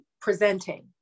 presenting